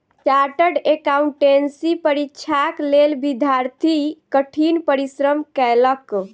chartered accountancy परीक्षाक लेल विद्यार्थी कठिन परिश्रम कएलक